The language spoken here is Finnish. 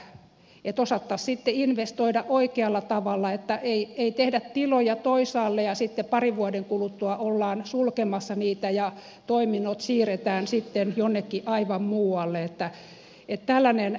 osattaisiin sitten investoida oikealla tavalla niin että ei tehdä tiloja toisaalle kun sitten parin vuoden kuluttua ollaan sulkemassa niitä ja toiminnot siirretään jonnekin aivan muualle